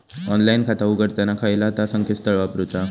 Online खाता उघडताना खयला ता संकेतस्थळ वापरूचा?